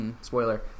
spoiler